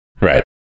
Right